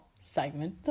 segment